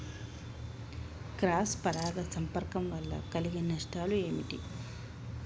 Cross పరాగ సంపర్కం వల్ల కలిగే నష్టాలు ఏమిటి?